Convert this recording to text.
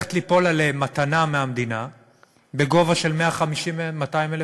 הולכת ליפול עליהם מתנה מהמדינה בגובה של 150,000 200,000 שקל,